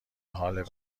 حال